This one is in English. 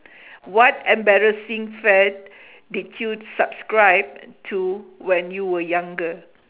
what embarrassing fad did you subscribe to when you were younger